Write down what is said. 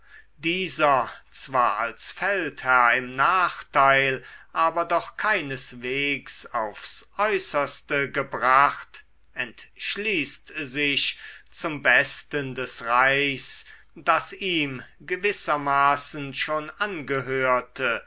dieser zwar als feldherr im nachteil aber doch keineswegs aufs äußerste gebracht entschließt sich zum besten des reichs das ihm gewissermaßen schon angehörte